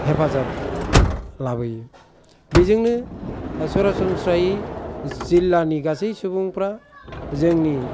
हेफाजाब लाबोयो बेजोंनो सरासनस्रायै जिल्लानि गासै सुबुंफ्रा जोंनि